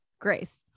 Grace